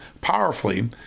powerfully